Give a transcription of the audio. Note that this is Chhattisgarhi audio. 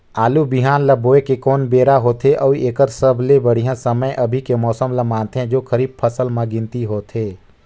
आलू बिहान ल बोये के कोन बेरा होथे अउ एकर बर सबले बढ़िया समय अभी के मौसम ल मानथें जो खरीफ फसल म गिनती होथै?